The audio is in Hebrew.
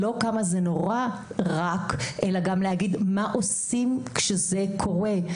לא כמה זה נורא אלא גם להגיד מה עושים כשזה קורה,